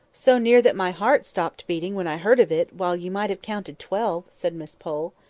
so near that my heart stopped beating when i heard of it, while you might have counted twelve, said miss pole.